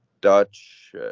Dutch